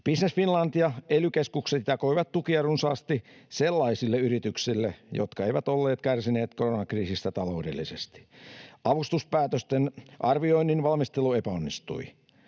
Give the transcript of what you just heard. Business Finland ja ely-keskukset jakoivat tukia runsaasti sellaisille yrityksille, jotka eivät olleet kärsineet koronakriisistä taloudellisesti. Avustuspäätösten arvioinnin valmistelu epäonnistui.